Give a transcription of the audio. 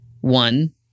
one